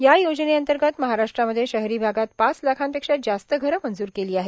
या योजनेअंतर्गत महाराष्ट्रामध्ये शहरी भागात पाच लाखांपेक्षा जास्त घरं मंजूर केली आहेत